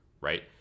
right